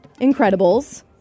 Incredibles